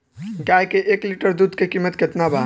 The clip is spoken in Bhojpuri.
गाय के एक लीटर दुध के कीमत केतना बा?